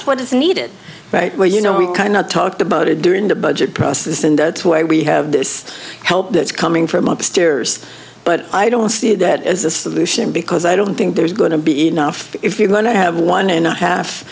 is what is needed right where you know we kind of talked about it during the budget process and that's why we have this help that's coming from upstairs but i don't see that as a solution because i don't think there's going to be enough if you're going to have one and a half